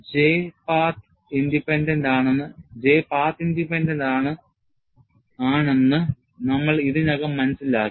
J path independent ആണെന്ന് നമ്മൾ ഇതിനകം മനസ്സിലാക്കി